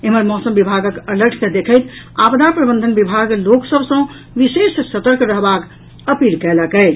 एम्हर मौसम विभागक अलर्ट के देखैत आपदा प्रबंधन विभाग लोक सभ सॅ विशेष सतर्क रहबाक अपील कयलक अछि